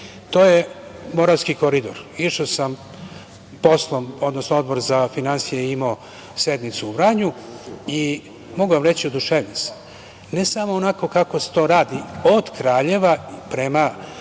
to je Moravski koridor, išao sam poslom, odnosno Odbor za finansije je imao sednicu u Vranju i mogu vam reći da sam oduševljen, ne samo onako kako se to radi od Kraljeva prema